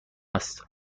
است